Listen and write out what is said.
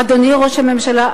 אדוני ראש הממשלה,